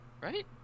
Right